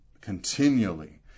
continually